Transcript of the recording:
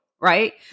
right